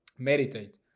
Meditate